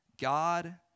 god